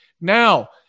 Now